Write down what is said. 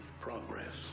progress